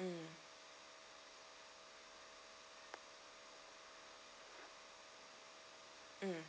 mm mm